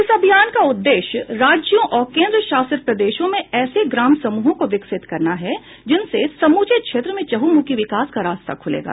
इस अभियान का उद्देश्य राज्यों और केन्द्रशासित प्रदेशों में ऐसे ग्राम समूहों को विकसित करना है जिनसे समूचे क्षेत्र में चंहुमुखी विकास का रास्ता खुलेगा